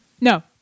no